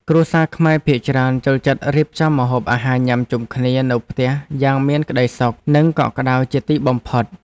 គ្រួសារខ្មែរភាគច្រើនចូលចិត្តរៀបចំម្ហូបអាហារញ៉ាំជុំគ្នានៅផ្ទះយ៉ាងមានក្ដីសុខ និងកក់ក្ដៅជាទីបំផុត។